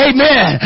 Amen